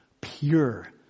pure